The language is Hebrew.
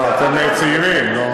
אתם צעירים.